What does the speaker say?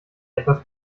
etwas